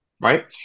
right